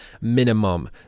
minimum